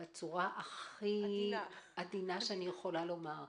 בצורה הכי עדינה שאני יכולה לומר.